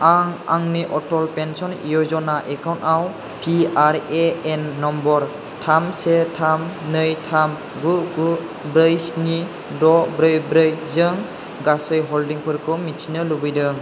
आं आंनि Atal pension Yojana account आव P R A N number थाम से थाम नै थाम गु गु ब्रै स्नि द' ब्रै ब्रै जों गासै हल्डिंफोरखौ मिथिनो लुबैदों